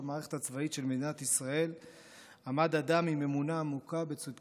של מדינת ישראל עמד אדם עם אמונה עמוקה בצדקת הדרך,